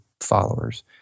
followers